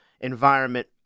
environment –